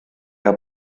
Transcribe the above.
are